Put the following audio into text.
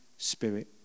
Spirit